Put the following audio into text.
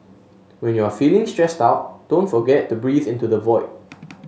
when you are feeling stressed out don't forget to breathe into the void